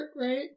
right